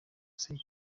sekibi